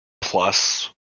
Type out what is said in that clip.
plus